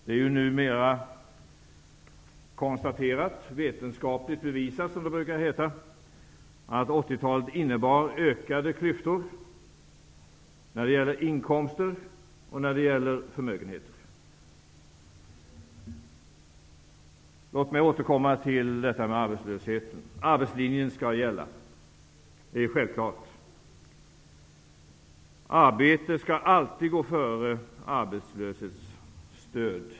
Det är numera vetenskapligt bevisat -- som det brukar heta -- att 80-talet resulterade i vidgade klyftor när det gäller inkomster och förmögenheter. Låt mig återkomma till frågan om arbetslösheten. Arbetslinjen skall gälla. Det är självklart. Arbete skall alltid gå före arbetslöshetsunderstöd.